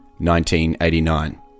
1989